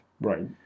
Right